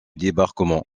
débarquement